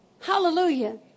Hallelujah